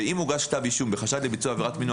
שאם הוגש כתב אישום בחשד לביצוע עבירת מין או